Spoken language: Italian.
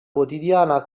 quotidiana